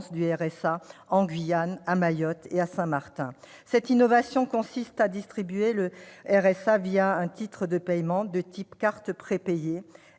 du RSA en Guyane, à Mayotte et à Saint-Martin. Cette innovation consiste à distribuer le RSA un titre de paiement de type « carte prépayée